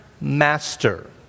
master